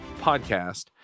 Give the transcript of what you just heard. podcast